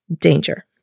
danger